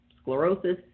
sclerosis